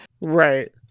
right